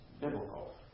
biblical